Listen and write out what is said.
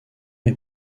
est